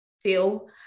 feel